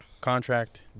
Contract